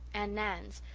and nan's,